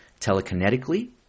telekinetically